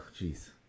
jeez